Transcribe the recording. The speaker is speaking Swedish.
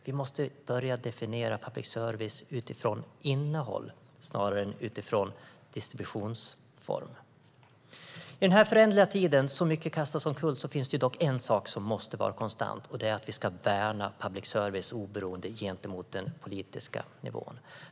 Vi måste börja definiera public service utifrån innehåll snarare än utifrån distributionsform. I den här föränderliga tiden då så mycket kastas omkull finns det dock en sak som måste vara konstant, och det är att vi ska värna public services oberoende gentemot den politiska nivån.